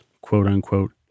quote-unquote